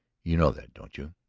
you know that, don't you?